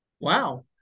Wow